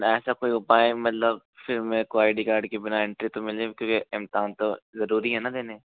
ऐसा कोई उपाय मतलब फिर मेको आई डी कार्ड के बिना एंट्री तो मिले क्योंकि इम्तेहान तो ज़रूरी है ना देने